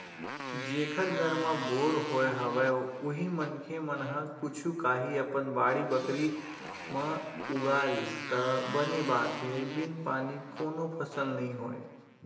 जेखर घर म बोर होय हवय उही मनखे मन ह कुछु काही अपन बाड़ी बखरी म उगा लिस त बने बात हे बिन पानी कोनो फसल नइ होय